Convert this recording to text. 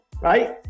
right